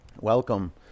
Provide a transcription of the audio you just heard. welcome